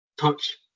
Touch